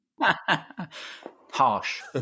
Harsh